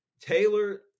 Taylor